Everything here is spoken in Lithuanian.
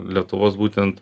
lietuvos būtent